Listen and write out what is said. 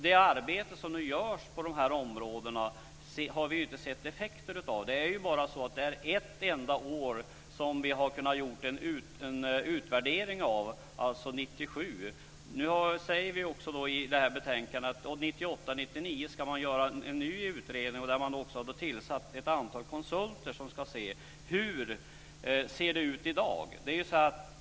Det arbete som nu görs på de här områdena har vi ju ännu inte sett effekterna av. Det är bara ett enda år som vi har kunnat göra en utvärdering av, nämligen 1997. Nu säger vi också i betänkandet att man ska göra en ny utredning av 1998/99, där man också har tillsatt ett antal konsulter som ska titta närmare på hur det ser ut i dag.